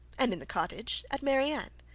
and in the cottage at marianne.